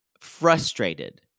frustrated